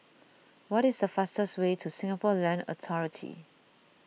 what is the fastest way to Singapore Land Authority